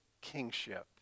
kingship